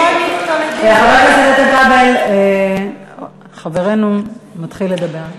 חבר הכנסת איתן כבל, חברנו מתחיל לדבר.